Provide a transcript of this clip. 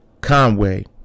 Conway